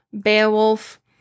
Beowulf